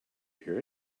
hear